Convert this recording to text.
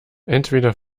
entweder